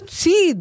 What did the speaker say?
see